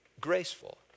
graceful